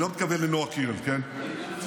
אני לא מתכוון לנועה קירל, כן?